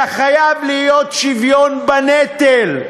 אלא חייב להיות שוויון בנטל.